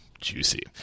Juicy